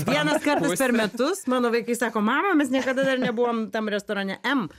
vienas kartas per metus mano vaikai sako mama mes niekada dar nebuvom tam restorane m